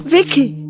Vicky